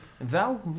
Val